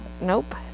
Nope